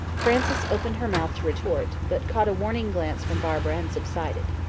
frances opened her mouth to retort, but caught a warning glance from barbara and subsided.